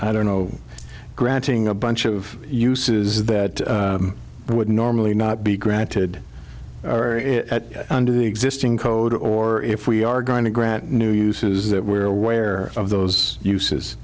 i don't know granting a bunch of uses that would normally not be granted under the existing code or if we are going to grant new uses that we're aware of those uses